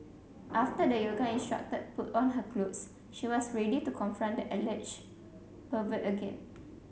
after the yoga instructor put on her clothes she was ready to confront the alleged pervert again